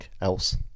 else